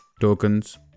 tokens